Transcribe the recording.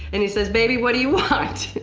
and he says, baby, what do you want?